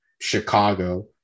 Chicago